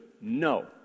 No